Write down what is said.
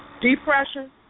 Depression